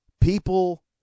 People